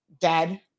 dead